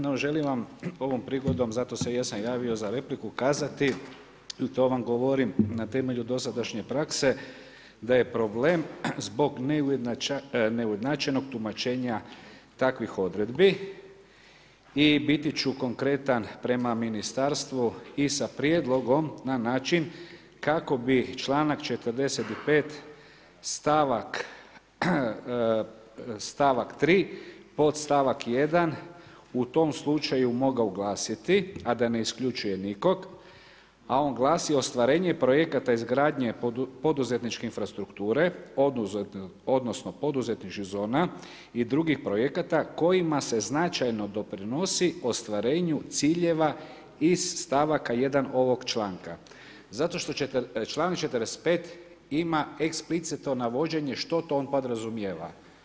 No želim vam ovo prigodom, zato se i jesam javio za repliku, kazati i to vam govorim na temelju dosadašnje prakse da je problem zbog neujednačenog tumačenja takvih odredbi i biti ću konkretan prema ministarstvu i sa prijedlogom na način kako bi članak 45. stavak 3. podstavak 1. u tom slučaju mogao glasiti a da je isključuje nikog, a on glasi „Ostvarenje projekata izgradnje poduzetničke infrastrukture odnosno poduzetničkih zona i drugih projekata kojima se značajno doprinosi ostvarenju ciljeva iz stavaka jedan ovoga članka.“ Članak 45. ima eksplicitno navođenje što to on podrazumijeva.